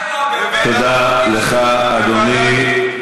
אני מציע, תודה לך, אדוני.